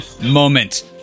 moment